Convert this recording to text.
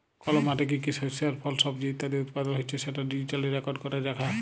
call মাঠে কি কি শস্য আর ফল, সবজি ইত্যাদি উৎপাদল হচ্যে সেটা ডিজিটালি রেকর্ড ক্যরা রাখা